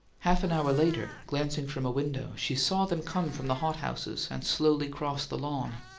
half an hour later, glancing from a window, she saw them come from the hothouses and slowly cross the lawn.